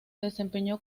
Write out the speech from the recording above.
desempeñó